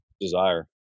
desire